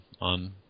on